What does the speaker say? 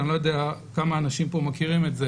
אני לא יודע כמה אנשים פה מכירים את זה